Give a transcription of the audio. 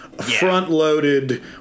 front-loaded